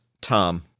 Tom